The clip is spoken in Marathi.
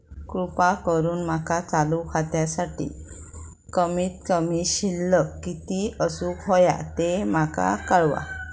कृपा करून माका चालू खात्यासाठी कमित कमी शिल्लक किती असूक होया ते माका कळवा